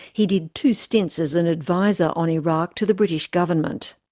he did two stints as an advisor on iraq to the british government.